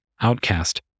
outcast